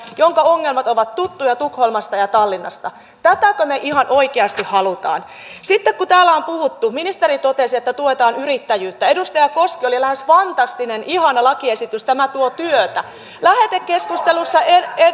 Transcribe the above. jonka ongelmat ovat tuttuja tukholmasta ja tallinnasta tätäkö me ihan oikeasti haluamme sitten täällä on puhuttu siitä että ministeri totesi tuetaan yrittäjyyttä edustaja koskesta lähes fantastinen ihana lakiesitys tuo työtä lähetekeskustelussa